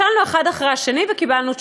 שאלנו אחד אחרי השני וקיבלנו תשובות,